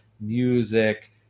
music